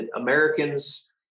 Americans